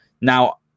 now